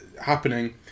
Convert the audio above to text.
happening